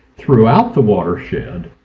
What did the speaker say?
throughout the watershed,